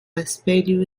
espelho